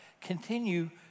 continue